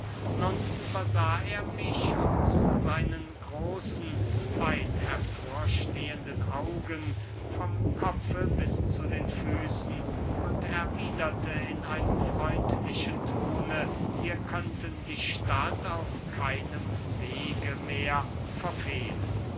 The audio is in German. nun übersah er mich aus seinen großen weit hervorstehenden augen vom kopfe bis zu den füßen und erwiederte in einem freundlichen tone wir könnten die stadt auf keinem wege mehr verfehlen